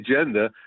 agenda